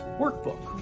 workbook